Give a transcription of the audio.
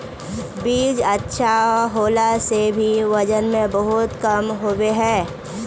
बीज अच्छा होला से भी वजन में बहुत कम होबे है?